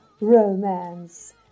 romance